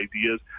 ideas